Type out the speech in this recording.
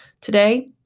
Today